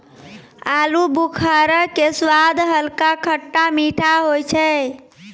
आलूबुखारा के स्वाद हल्का खट्टा मीठा होय छै